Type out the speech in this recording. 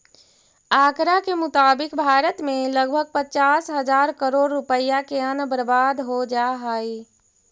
आँकड़ा के मुताबिक भारत में लगभग पचास हजार करोड़ रुपया के अन्न बर्बाद हो जा हइ